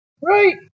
Right